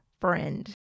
friend